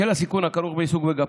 בשל הסיכון הכרוך בעיסוק בגפ"ם,